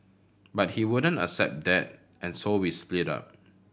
but he wouldn't accept that and so we split up